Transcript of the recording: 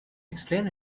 explain